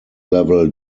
level